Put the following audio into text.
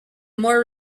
more